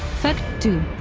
fact two.